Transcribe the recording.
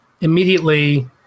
immediately